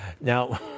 Now